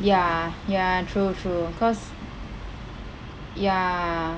ya ya true true cause yeah